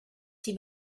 die